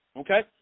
okay